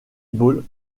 ball